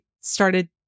started